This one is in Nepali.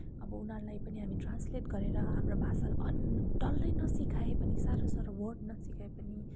अब उनीहरूलाई पनि हामी ट्रान्सलेट गरेर हाम्रो भाषालाई अनि डल्लै नसिकाए पनि साह्रो साह्रो वर्ड नसिकाए पनि